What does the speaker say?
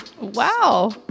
Wow